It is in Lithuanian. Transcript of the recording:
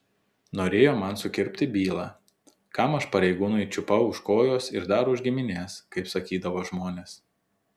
norėjo man sukirpti bylą kam aš pareigūnui čiupau už kojos ir dar už giminės kaip sakydavo žmonės